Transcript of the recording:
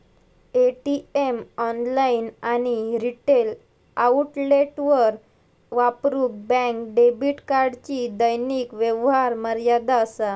ATM, online आणि retail आउटलेटवर वापरूक बँक डेबिट कार्डची दैनिक व्यवहार मर्यादा असा